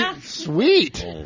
Sweet